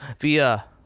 via